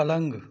पलंग